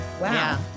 Wow